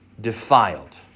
defiled